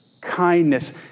Kindness